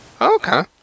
Okay